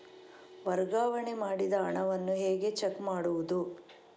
ವರ್ಗಾವಣೆ ಮಾಡಿದ ಹಣವನ್ನು ಹೇಗೆ ಚೆಕ್ ಮಾಡುವುದು?